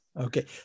Okay